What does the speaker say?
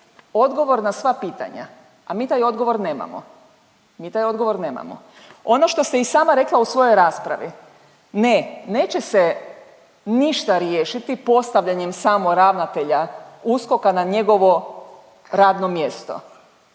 odgovor na sva pitanja. A mi taj odgovor nemamo. Mi taj odgovor nemamo. Ono što ste i sama rekla u svojoj raspravi. Ne, neće se ništa riješiti postavljanjem samo ravnatelja USKOK-a na njegovo radno mjesto.